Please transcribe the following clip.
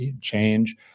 change